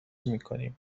میکنیم